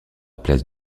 place